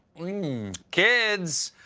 i mean kids,